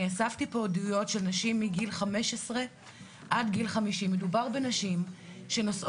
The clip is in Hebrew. אני אספתי פה עדויות של נשים מגיל 15 עד גיל 50. מדובר בנשים שנוסעות